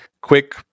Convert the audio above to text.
quick